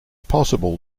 possible